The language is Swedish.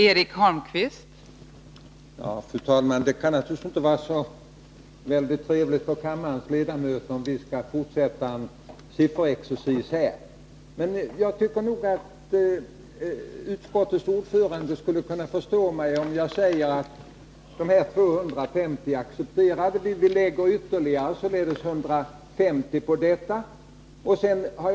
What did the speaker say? Fru talman! Det kan naturligtvis inte vara trevligt för kammarens ledamöter, om vi skall fortsätta med sifferexercisen. Men jag tycker att utskottets ordförande skulla kunna förstå mig, om jag säger att vi accepterar 250 milj.kr. Vi lägger således på ytterligare 150 milj.kr.